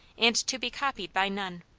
and to be copied by none.